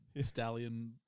stallion